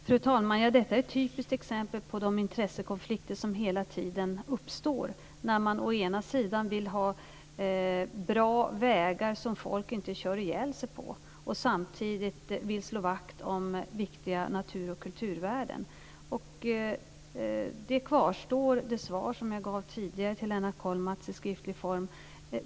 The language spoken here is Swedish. Fru talman! Detta är ett typiskt exempel på de intressekonflikter som hela tiden uppstår, när man å ena sidan vill ha bra vägar som folk inte kör ihjäl sig på och å andra sidan vill slå vakt om viktiga natur och kulturvärden. Det svar jag i skriftlig form gav tidigare till Lennart Kollmats kvarstår.